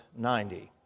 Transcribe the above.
90